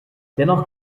dennoch